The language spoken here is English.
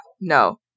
no